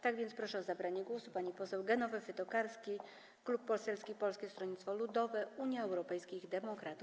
Tak więc proszę o zabranie głosu panią poseł Genowefę Tokarską, Klub Poselski Polskie Stronnictwo Ludowe - Unia Europejskich Demokratów.